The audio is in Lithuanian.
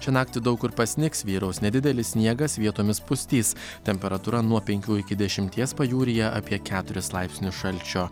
šią naktį daug kur pasnigs vyraus nedidelis sniegas vietomis pustys temperatūra nuo penkių iki dešimties pajūryje apie keturis laipsnius šalčio